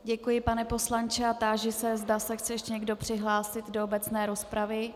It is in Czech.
Děkuji, pane poslanče, a táži se, zda se chce ještě někdo přihlásit do obecné rozpravy.